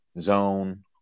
zone